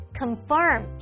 confirm